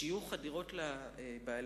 שיוך הדירות לבעליהן,